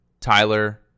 Tyler